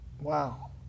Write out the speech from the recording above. Wow